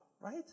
right